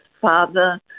father